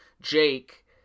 Jake